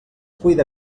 cuida